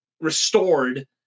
restored